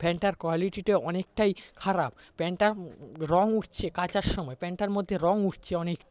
প্যান্টটার কোয়ালিটিটা অনেকটাই খারাপ প্যান্টটা রঙ উঠছে কাচার সমায় প্যান্টটার মধ্যে রঙ উঠছে অনেকটাই